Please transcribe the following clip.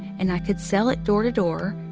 and i could sell it door to door.